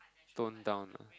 tone down lah